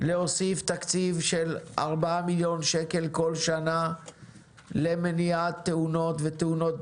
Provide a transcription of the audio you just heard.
להוסיף תקציב של 4 מיליון שקל כל שנה למניעת תאונות ותאונות